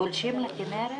גולשים לכנרת?